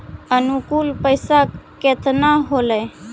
अनुकुल पैसा केतना होलय